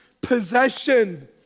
possession